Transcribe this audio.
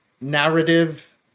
narrative